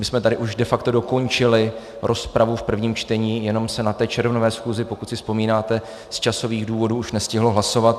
My jsme tady už de facto dokončili rozpravu v prvním čtení, jenom se na té červnové schůzi, pokud si vzpomínáte, z časových důvodů už nestihlo hlasovat.